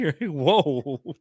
Whoa